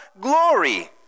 glory